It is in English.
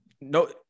no